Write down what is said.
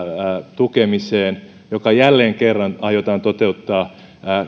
tukemiseen joka jälleen kerran aiotaan toteuttaa